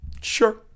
Sure